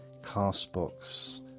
Castbox